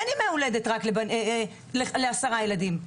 אין ימי הולדת רק לעשרה ילדים,